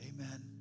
amen